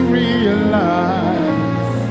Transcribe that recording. realize